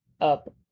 up